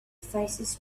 faces